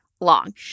long